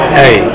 hey